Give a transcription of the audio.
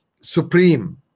supreme